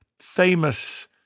famous